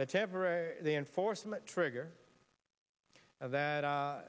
of the enforcement trigger that